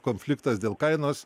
konfliktas dėl kainos